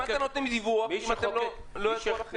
אז למה אתם נותנים דיווח אם לא ידוע לכם?